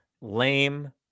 Lame